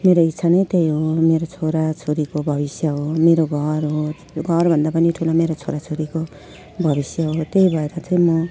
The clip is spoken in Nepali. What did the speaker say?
मेरो इच्छा नै त्यही नै हो मेरो छोरा छोरीको भविष्य हो मेरो घर हो घर भन्दा पनि ठुलो मेरो छोरा छोरीको भविष्य हो त्यही भएर चाहिँ म